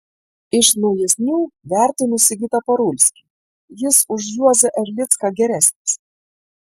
iš naujesnių vertinu sigitą parulskį jis už juozą erlicką geresnis